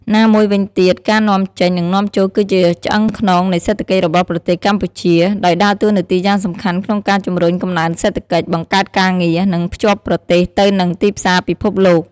ណាមួយវិញទៀតការនាំចេញ និងនាំចូលគឺជាឆ្អឹងខ្នងនៃសេដ្ឋកិច្ចរបស់ប្រទេសកម្ពុជា ដោយដើរតួនាទីយ៉ាងសំខាន់ក្នុងការជំរុញកំណើនសេដ្ឋកិច្ច បង្កើតការងារ និងភ្ជាប់ប្រទេសទៅនឹងទីផ្សារពិភពលោក។